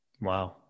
Wow